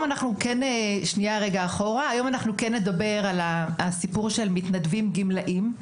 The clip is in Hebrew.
היום נדבר על מתנדבים גמלאים.